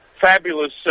fabulous